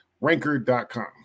ranker.com